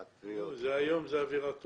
היום יש אווירה טובה.